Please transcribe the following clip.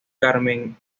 carmen